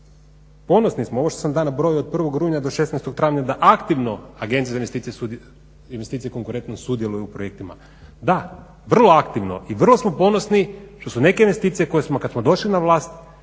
ponosni smo, ovo što sam nabrojio od 1. rujna do 16. travnja da aktivno agencije za investicije i konkurentnost sudjeluju u projektima, da, vrlo aktivno i vrlo smo ponosni što su neke investicije koje smo kada smo došli na vlast